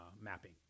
mapping